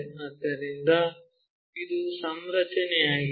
ಆದ್ದರಿಂದ ಇದು ಸಂರಚನೆಯಾಗಿದೆ